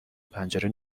پنجره